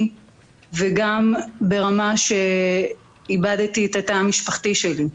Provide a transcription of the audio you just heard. וגם ברמה שאיבדתי את התא המשפחתי שלי.